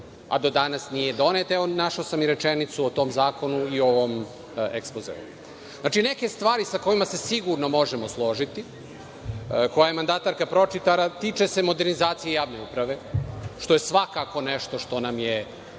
a do danas nije donet. Evo, našao sam i rečenicu o tom zakonu i u ovom ekspozeu. Znači, neke stvari sa kojima se sigurno možemo složiti koje je mandatarka pročitala tiču se modernizacije javne uprave, što je svakako nešto što nam je